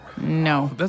No